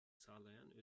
sağlayan